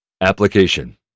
Application